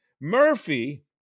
Murphy